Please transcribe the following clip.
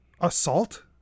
assault